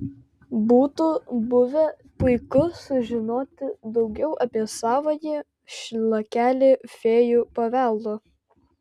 būtų buvę puiku sužinoti daugiau apie savąjį šlakelį fėjų paveldo